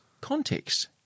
context